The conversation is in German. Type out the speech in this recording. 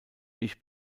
ich